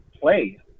play